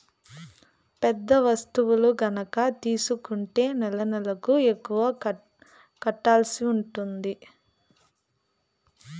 పెద్ద వస్తువు గనక తీసుకుంటే నెలనెలకు ఎక్కువ కట్టాల్సి ఉంటది